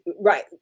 Right